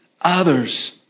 others